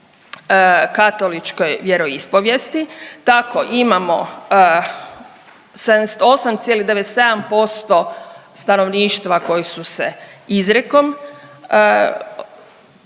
katoličkoj vjeroispovijesti. Tako imamo 78,97% stanovništva koji su se izrijekom izjasnili